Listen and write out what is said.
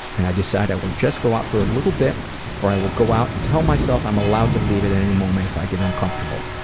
and i decide i will just go out for a little bit or i will go out and tell myself i'm allowed to leave at at any moment if i get uncomfortable.